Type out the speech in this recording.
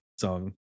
song